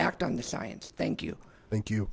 act on the science thank you thank you